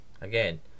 again